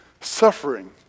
suffering